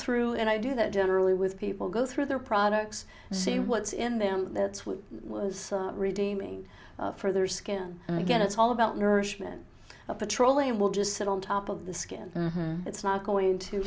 through and i do that generally with people go through their products and see what's in them that's what was redeeming for their skin and again it's all about nourishment petroleum will just sit on top of the skin it's not going to